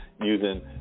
using